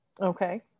Okay